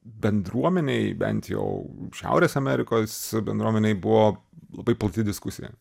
bendruomenėj bent jau šiaurės amerikos bendruomenėj buvo labai plati diskusija